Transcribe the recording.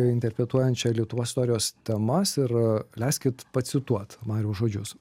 interpretuojančią lietuvos istorijos temas ir leiskit pacituot mariaus žodžius